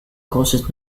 causes